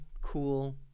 cool